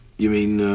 you mean, uhh.